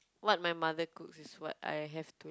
what my mother cooks is what I have to